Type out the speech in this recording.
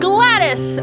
Gladys